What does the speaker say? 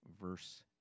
verse